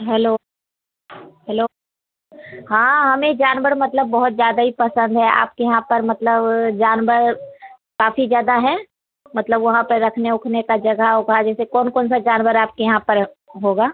hello hello हाँ हमें जानवर मतलब बहुत ज़्यादा ही पसंद है आपके यहाँ पर मतलब जानवर काफ़ी ज़्यादा हैं मतलब वहाँ पर रखने ओखने का जगह ओगह जैसे कौन कौन सा जानवर आपके यहाँ पर होगा